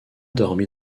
dormi